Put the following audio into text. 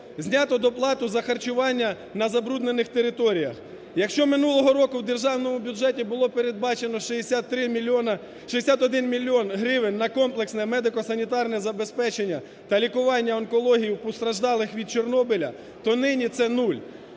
знято доплату а харчування на забруднених територіях. Якщо минулого року в державному бюджеті було передбачено 63 мільйони... 61 мільйон гривень на комплексне медико-санітарне забезпечення та лікування онкології у постраждалих від Чорнобиля, то нині це нуль.